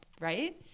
right